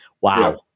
Wow